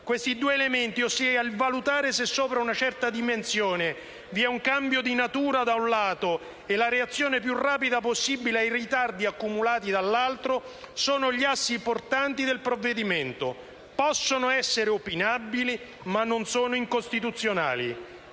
Questi due elementi, ossia il valutare se sopra una certa dimensione vi è un cambio di natura, da un lato, e la relazione più rapida possibile ai ritardi accumulati, dall'altro, sono gli assi portanti del provvedimento. Possono essere opinabili, ma non sono incostituzionali.